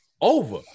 over